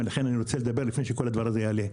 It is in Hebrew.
ולכן אני רוצה לדבר לפני שכל הדבר הזה יעלה.